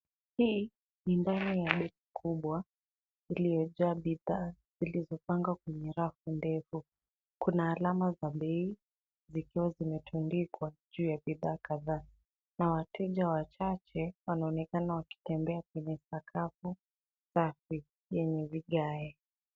Hii ni ndani ya duka kubwa iliyojaa bidhaa zilizopangwa kwenye rafu ndefu. Kuna alama za bei zikiwa zimetundikwa juu ya bidhaa kadhaa na wateja wachache wanaonekana wakitembea kwenye sakafu safi yenye vigae.